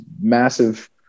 massive